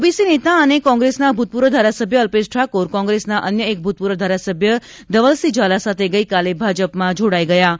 OBC નેતા અને કોંગ્રેસના ભૂતપૂર્વ ધારાસભ્ય અલ્પેશ ઠાકોર કોંગ્રેસના અન્ય એક ભૂતપૂર્વ ધારાસભ્ય ધવલસિંહ ઝાલા સાથે ગઇકાલે ભાજપમાં જોડાઈ ગયા છે